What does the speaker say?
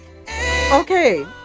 Okay